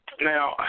now